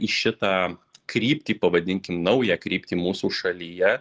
į šitą kryptį pavadinkim naują kryptį mūsų šalyje